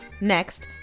Next